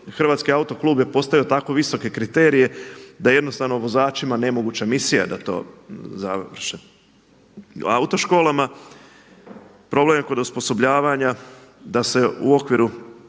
Hrvatski autoklub je postavio tako visoke kriterije da je jednostavno vozačima nemoguća misija da to završe. U autoškolama, problem je kod osposobljavanja da se u okviru